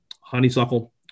honeysuckle